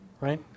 right